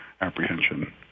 apprehension